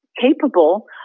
capable